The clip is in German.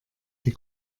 die